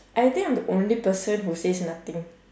I think I'm the only person who says nothing